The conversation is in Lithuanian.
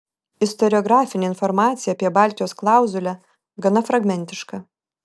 istoriografinė informacija apie baltijos klauzulę gana fragmentiška